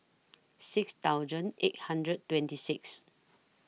six thousand eight hundred twenty six